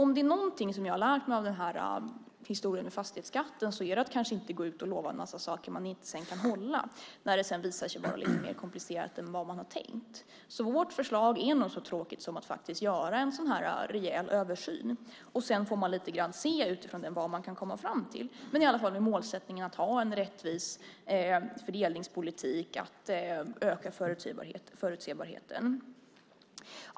Om det är någonting som jag har lärt mig av historien med fastighetsskatten så är det att kanske inte gå ut och lova en massa saker man inte sedan kan hålla när det visar sig vara lite mer komplicerat än vad man har tänkt. Vårt förslag är nog så tråkigt som att faktiskt göra en rejäl översyn. Sedan får man se lite grann utifrån den vad man kan komma fram till. Målsättningen är i alla fall att ha en rättvis fördelningspolitik och öka förutsägbarheten.